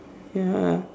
ya